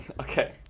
Okay